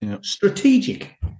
Strategic